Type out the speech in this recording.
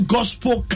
Gospel